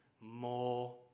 more